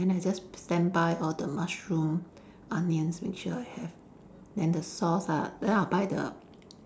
then I just standby all the mushroom onions which I have then the sauce ah then I'll buy the